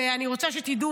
ואני רוצה שתדעו,